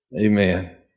Amen